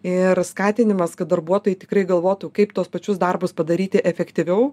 ir skatinimas kad darbuotojai tikrai galvotų kaip tuos pačius darbus padaryti efektyviau